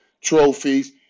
trophies